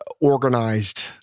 organized